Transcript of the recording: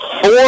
four